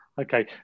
Okay